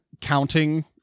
counting